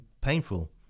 painful